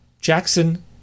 Jackson